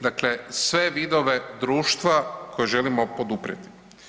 Dakle, sve vidove društva koje želimo poduprijeti.